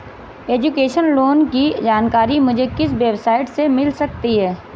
Education loan की जानकारी मुझे किस वेबसाइट से मिल सकती है?